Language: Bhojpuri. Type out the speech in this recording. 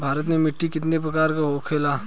भारत में मिट्टी कितने प्रकार का होखे ला?